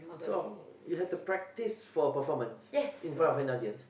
so how you have to practise for a performance in front of an audience